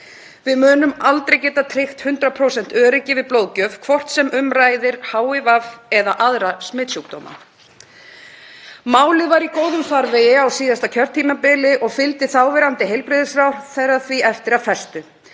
Við munum aldrei geta tryggt 100% öryggi við blóðgjöf, hvort sem um ræðir HIV eða aðra smitsjúkdóma. Málið var í góðum farvegi á síðasta kjörtímabili og fylgdi þáverandi heilbrigðisráðherra því eftir af festu.